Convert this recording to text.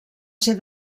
ser